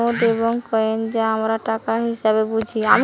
note এবং coin যা আমরা টাকা হিসেবে বুঝি